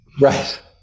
Right